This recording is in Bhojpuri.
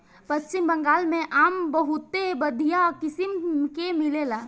पश्चिम बंगाल में आम बहुते बढ़िया किसिम के मिलेला